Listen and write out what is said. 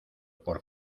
por